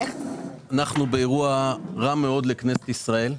אנחנו באירוע רע מאוד לכנסת ישראל.